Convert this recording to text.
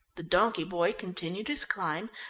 the donkey-boy continued his climb,